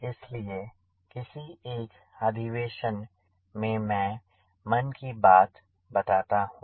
इसलिए किसी एक अधिवेशन में मैं मन की बात बताता हूँ